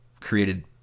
created